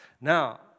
Now